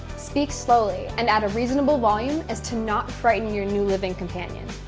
speak slowly and at a reasonable volume as to not frighten your new living companions.